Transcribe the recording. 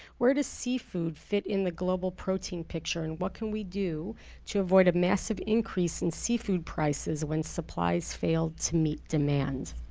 where does seafood fit in the global protein picture and what can we do to avoid a massive increase in seafood prices when supplies fail to meet demand?